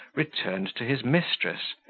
returned to his mistress,